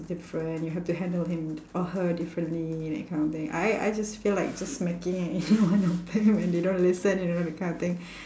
different you have to handle him or her differently that kind of thing I I just feel like just smacking any one of them when they don't listen you know that kind of thing